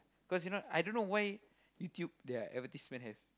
cause you know I don't know why YouTube their advertisement have